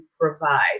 provide